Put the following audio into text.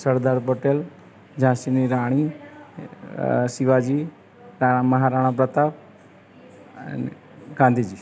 સરદાર પટેલ ઝાંસીની રાણી શિવાજી તા મહારાણા પ્રતાપ અને ગાંધીજી